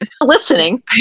listening